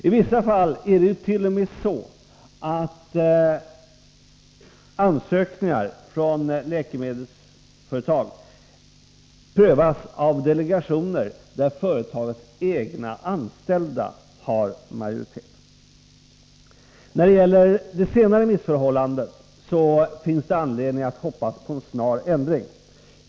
I vissa fall är det t.o.m. så att ansökningar från läkemedelsföretag prövas av delegationer där företagens egna anställda har majoritet. När det gäller de senare missförhållandena finns det anledning att hoppas på en snar ändring.